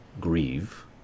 grieve